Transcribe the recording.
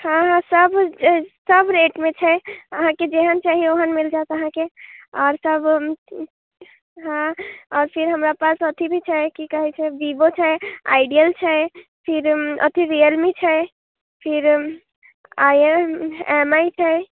हँ हँ सभ सभ रेटमे छै अहाँकेँ जेहन चाही ओहन मिल जायत अहाँके आओर सभ हाँ आओर फिर हमरा पास अथी भी छै कि कहैत छै बिवो छै आइडियल छै फिर अथी रियल मी छै फिर आइ एम एम आइ छै